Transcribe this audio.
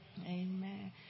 Amen